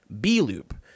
B-loop